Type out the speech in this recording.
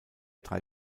drei